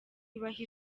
ibaha